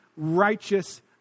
righteous